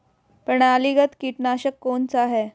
प्रणालीगत कीटनाशक कौन सा है?